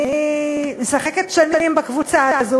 אני משחקת שנים בקבוצה הזו,